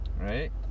right